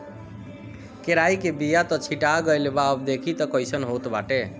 केराई के बिया त छीटा गइल बा अब देखि तअ कइसन होत बाटे